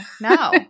no